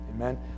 Amen